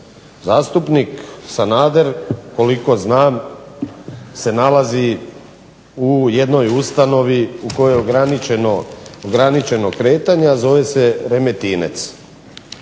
Zastupnik Sanader koliko znam se nalazi u jednoj ustanovi u kojoj je ograničeno kretanje, a zove se Remetinec.